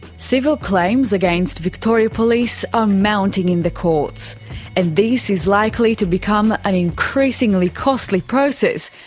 civil claims against victoria police are mounting in the courts and this is likely to become an increasingly costly process,